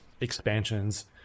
expansions